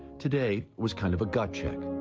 today was kind of a gut check.